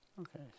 Okay